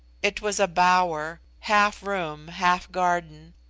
it was a bower half room, half garden.